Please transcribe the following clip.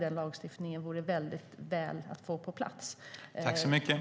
Den lagstiftningen vore väldigt bra att få på plats.